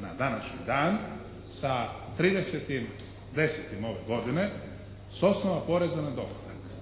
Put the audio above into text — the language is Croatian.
na današnji dan sa 30.10. ove godine s osnova poreza na dohodak.